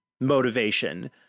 motivation